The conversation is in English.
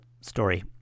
story